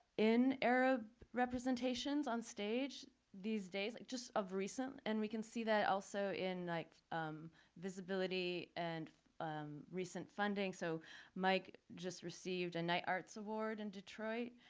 in arab representations on stage these days, like just of recent, and we can see that also in like visibility and recent funding. so mike just received a knight arts award in detroit,